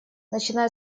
начиная